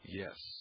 yes